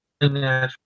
natural